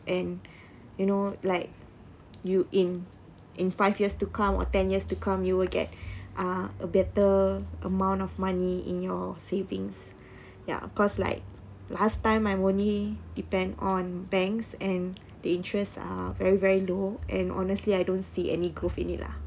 and you know like you in in five years to come or ten years to come you will get uh a better amount of money in your savings ya cause like last time I only depend on banks and the interest are very very low and honestly I don't see any growth in it lah